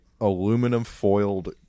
aluminum-foiled